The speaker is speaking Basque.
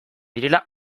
direla